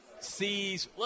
sees –